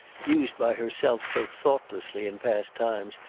used by herself so thoughtlessly in past times,